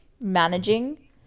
managing